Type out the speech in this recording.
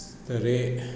स्तरे